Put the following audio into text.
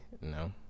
no